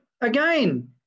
again